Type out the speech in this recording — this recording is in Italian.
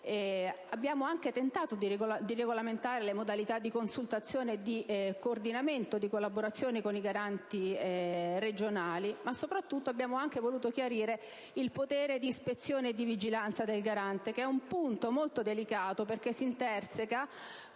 Abbiamo anche tentato di regolamentare le modalità di consultazione, di coordinamento e di collaborazione con i Garanti regionali, ma soprattutto abbiamo anche voluto chiarire il potere di ispezione e di vigilanza del Garante, un punto molto delicato perché si interseca